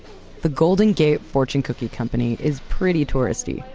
the golden gate fortune cookie company is pretty touristy.